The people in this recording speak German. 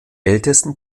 ältesten